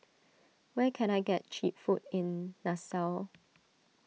where can I get Cheap Food in Nassau